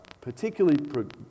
particularly